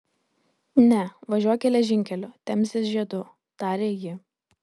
ne važiuok geležinkeliu temzės žiedu tarė ji